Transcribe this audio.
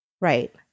Right